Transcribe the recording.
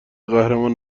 قهرمان